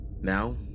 Now